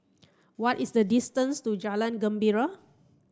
what is the distance to Jalan Gembira